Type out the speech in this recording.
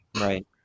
Right